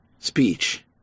Speech